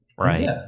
right